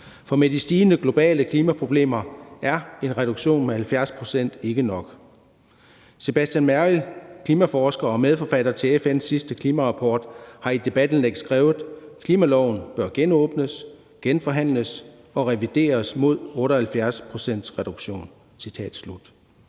For med de stigende globale klimaproblemer er en reduktion med 70 pct. ikke nok. Sebastian Mernild, klimaforsker og medforfatter til FN's sidste klimarapport, har i et debatindlæg skrevet: Klimaloven bør genåbnes, genforhandles og revideres mod 78 procents reduktion.